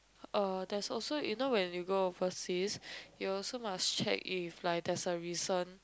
uh there's also you know when you go overseas you also must check if like there's a recent